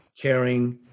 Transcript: caring